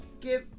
give